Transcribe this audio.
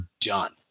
done